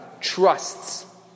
trusts